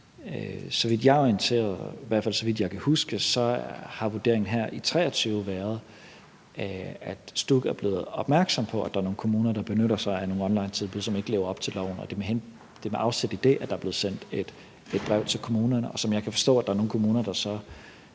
Så vidt jeg er orienteret – i hvert fald så vidt jeg kan huske – har vurderingen her i 2023 været, at STUK er blevet opmærksom på, at der er nogle kommuner, der benytter sig af nogle onlinetilbud, som ikke lever op til loven. Det er med afsæt i det, at der er blevet sendt et brev til kommunerne, og jeg kan forstå, at der er nogle kommuner, der så